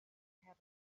had